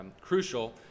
crucial